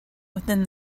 within